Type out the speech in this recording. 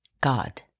God